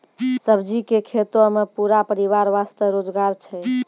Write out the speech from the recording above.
सब्जी के खेतों मॅ पूरा परिवार वास्तॅ रोजगार छै